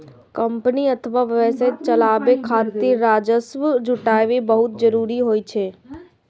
company अथवा व्यवसाय चलाबै खातिर राजस्व जुटायब बहुत जरूरी होइ छै